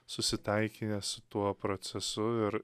susitaikinę su tuo procesu ir